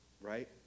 Right